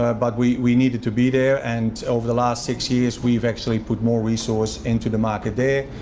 ah but we we needed to be there and over the last six years we've actually put more resource into the market there.